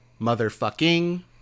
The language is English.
motherfucking